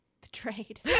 Betrayed